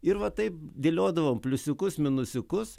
ir va taip dėliodavom pliusiukus minusiukus